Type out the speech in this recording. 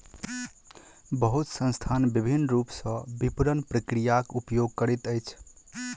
बहुत संस्थान विभिन्न रूप सॅ विपरण प्रक्रियाक उपयोग करैत अछि